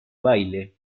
baile